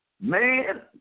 man